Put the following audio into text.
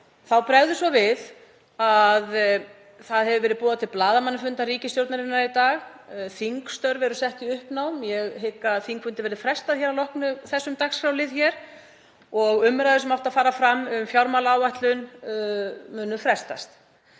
Þá bregður svo við að boðað hefur verið til blaðamannafundar ríkisstjórnarinnar í dag. Þingstörf eru sett í uppnám. Ég hygg að þingfundi verði frestað að loknum þessum dagskrárlið hér og umræður sem áttu að fara fram um fjármálaáætlun muni frestast.